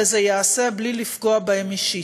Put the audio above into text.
וזה ייעשה בלי לפגוע בהם אישית.